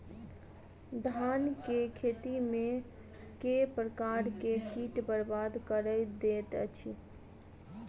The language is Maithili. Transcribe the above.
धान केँ खेती मे केँ प्रकार केँ कीट बरबाद कड़ी दैत अछि?